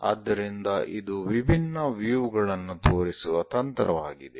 ಆದ್ದರಿಂದ ಇದು ವಿಭಿನ್ನ ವ್ಯೂ ಗಳನ್ನು ತೋರಿಸುವ ತಂತ್ರವಾಗಿದೆ